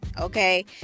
okay